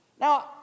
Now